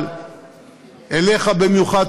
אבל אליך במיוחד,